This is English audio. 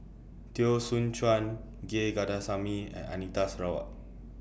Teo Soon Chuan G Kandasamy and Anita Sarawak